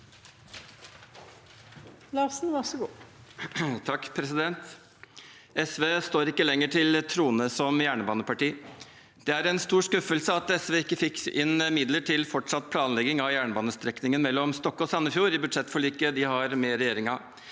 SV står ikke lenger til troende som jernbaneparti. Det er en stor skuffelse at SV ikke fikk inn midler til fortsatt planlegging av jernbanestrekningen mellom Stokke og Sandefjord i budsjettforliket de har med regjeringen.